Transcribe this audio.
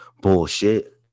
Bullshit